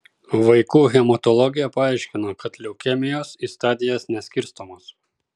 vaikų hematologė paaiškino kad leukemijos į stadijas neskirstomos